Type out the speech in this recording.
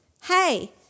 Hey